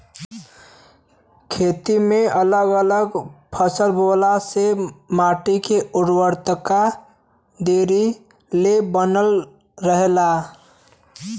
खेती में अगल अलग फसल बोअला से माटी के उर्वरकता देरी ले बनल रहेला